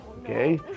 okay